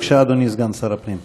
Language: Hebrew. בבקשה, אדוני סגן שר הפנים.